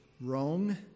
wrong